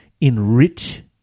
enrich